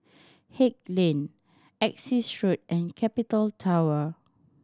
Haig Lane Essex Road and Capital Tower